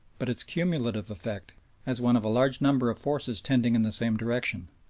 but its cumulative effect as one of a large number of forces tending in the same direction.